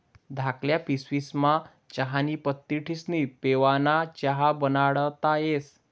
धाकल्ल्या पिशवीस्मा चहानी पत्ती ठिस्नी पेवाना च्या बनाडता येस